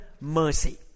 mercy